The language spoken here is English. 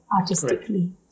artistically